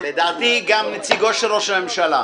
לדעתי, גם נציגו של ראש הממשלה.